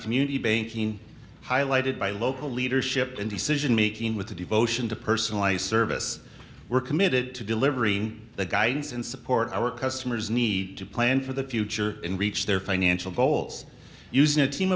community banking highlighted by local leadership and decision making with a devotion to personalized service we're committed to delivering the guidance and support our customers need to plan for the future and reach their financial goals using a team